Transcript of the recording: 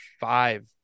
five